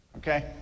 Okay